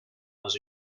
dans